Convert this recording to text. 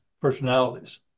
personalities